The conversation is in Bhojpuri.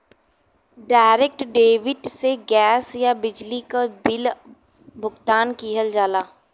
डायरेक्ट डेबिट से गैस या बिजली क बिल भुगतान किहल जाला